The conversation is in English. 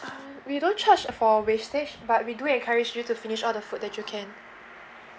mm we don't charge for wastage but we do encourage you to finish all the food that you can